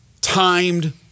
timed